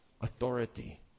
authority